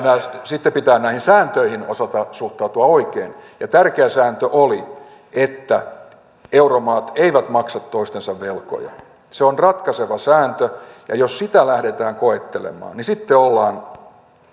sitten pitää sääntöjen osalta näihin suhtautua oikein ja tärkeä sääntö oli että euromaat eivät maksa toistensa velkoja se on ratkaiseva sääntö ja jos sitä lähdetään koettelemaan sitten ollaan